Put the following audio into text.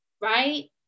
right